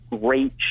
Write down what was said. great